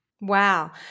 Wow